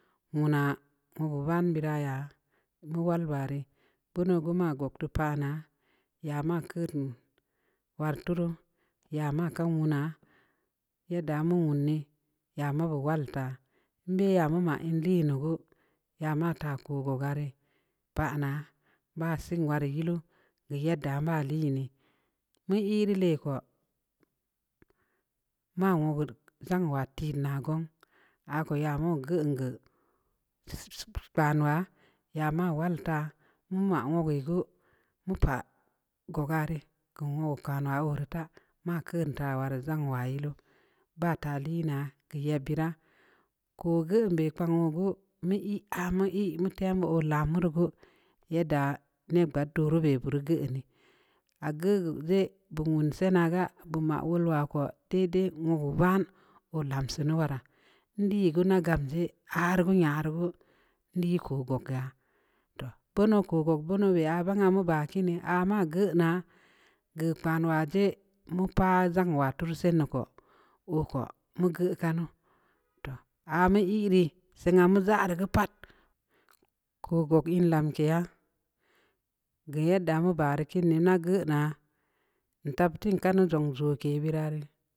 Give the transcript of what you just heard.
Wuna'a nugue ban bii raya'a nu wal barə banu gue ma guptu pa'ana ya ma kən wal turu ya ma kan wuna'a ya da'a mu wunni ya ma wawal ta'a mbə ya mamma ən bə nugue yama taku ko gogarə pa'ana ba səng warəa ii lu gou ya da malii nii mii ii rə lə kwa ma wagul ndzan watə na gunn akoya wu ngeu ngeu sss, kpa nua ya ma wal tə unma wa wəl gue mupa'a gue garə ngun waka'ana ərata'a makən ta warə ndzon wayəluu bata'a lii na'a geu ya bəra ku ngun bə panma gue mə ii a mii mə təm ɔ la məru gue yada'a nɗa badd turu bə buru gue ii nii a gue zə buwun sai naga'a buma wuluu akwa dədə muvu ban wu lamsii nu wa ra ndə gal na gabjə har wu nyana gue nda ku buga'a toh banu kuku buno biya bə bakii nii ama geu na'a geu kpa nuwajə mupa'a ndzan wa tur sən nuku wukwa mu gul ka nu toh ama ii rə siinga mu arrgue pat kuguk ii lamkiya geu yanda ma barə kii nii na'gue na'a ta tən ka nu ndzan ndzu kə bə rarrə.